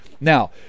Now